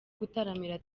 gutaramira